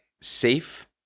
safe